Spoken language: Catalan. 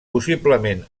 possiblement